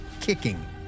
kicking